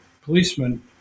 policemen